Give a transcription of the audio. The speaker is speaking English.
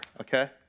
okay